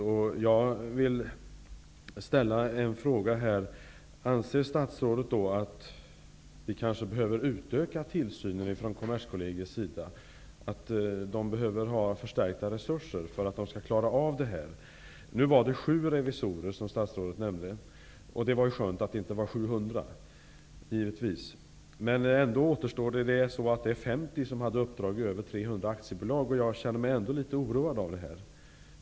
Jag vill därför ställa en fråga: Anser statsrådet att Kommerskollegium behöver utöka sin tillsyn och behöver få förstärkta resurser för att klara av detta? Statsrådet talade om sju revisorer. Det är givetvis skönt att det inte var 700. Men 50 revisorer hade uppdrag i över 300 aktiebolag, och jag känner mig ändå oroad över detta.